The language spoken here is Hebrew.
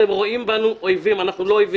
אתם רואים בנו אויבים, אנחנו לא אויבים.